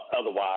otherwise